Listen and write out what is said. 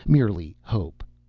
merely hope.